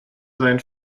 seien